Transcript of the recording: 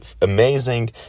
amazing